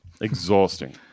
Exhausting